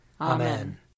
Amen